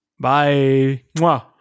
Bye